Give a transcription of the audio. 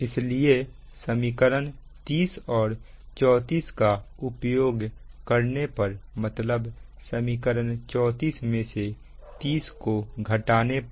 इसलिए समीकरण 30 और 34 का उपयोग करने पर मतलब समीकरण 34 में से 30 को घटाने पर